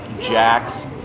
Jack's